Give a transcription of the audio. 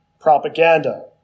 propaganda